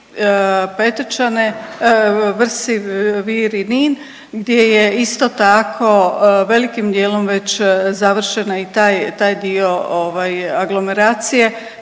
Petrčane, Vrsi, Vir i Nin gdje je isto tako velikim dijelom već završena i taj dio aglomeracije